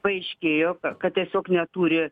paaiškėjo kad tiesiog neturi